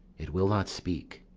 it will not speak